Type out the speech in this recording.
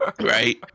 Right